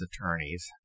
attorneys